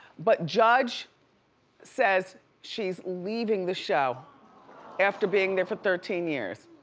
but judge says she's leaving the show after being there for thirteen years.